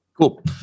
Cool